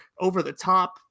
over-the-top